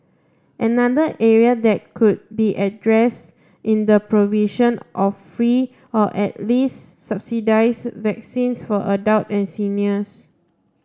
another area that could be addressed is the provision of free or at least subsidised vaccines for adults and seniors